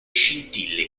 scintille